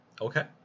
Okay